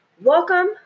Welcome